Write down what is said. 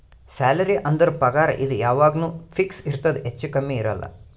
salary ಅಂದುರ್ ಪಗಾರ್ ಇದು ಯಾವಾಗ್ನು ಫಿಕ್ಸ್ ಇರ್ತುದ್ ಹೆಚ್ಚಾ ಕಮ್ಮಿ ಇರಲ್ಲ